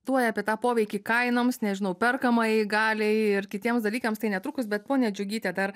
tuoj apie tą poveikį kainoms nežinau perkamajai galiai ir kitiems dalykams tai netrukus bet ponia džiugyte dar